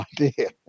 idea